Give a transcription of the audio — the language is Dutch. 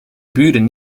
buren